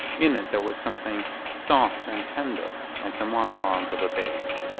in it there was something soft and tender like the monologue of a babe.